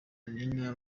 nina